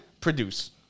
produce